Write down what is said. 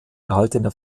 erhaltene